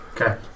okay